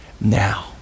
Now